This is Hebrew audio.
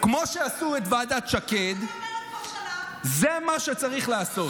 כמו שעשו את ועדת שקד, זה מה שצריך לעשות.